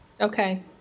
Okay